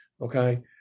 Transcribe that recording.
okay